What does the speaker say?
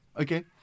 Okay